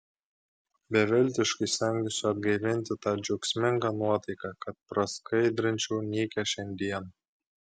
beviltiškai stengiuosi atgaivinti tą džiaugsmingą nuotaiką kad praskaidrinčiau nykią šiandieną